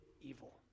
evil